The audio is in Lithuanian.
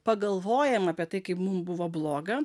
pagalvojam apie tai kaip mum buvo bloga